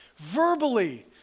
verbally